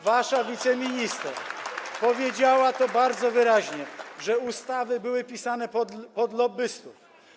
Wasza wiceminister powiedziała to bardzo wyraźnie, że ustawy były pisane pod lobbystów.